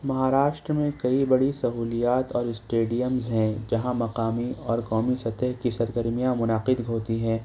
مہاراشٹر میں کئی بڑی سہولیات اور اسٹیڈیمز ہیں جہاں مقامی اور قومی سطح کی سرگرمیاں منعقد ہوتی ہیں